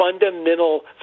fundamental